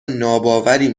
ناباوری